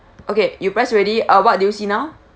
okay you press ready uh what do you see now